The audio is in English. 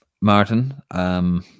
Martin